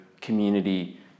community